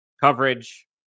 coverage